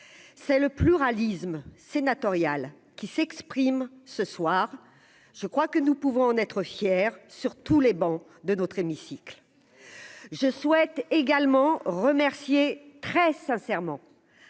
c'est le pluralisme sénatorial qui s'exprime ce soir, je crois que nous pouvons en être fiers, sur tous les bancs de notre hémicycle je souhaite également remercier très sincèrement